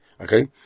Okay